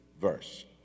verse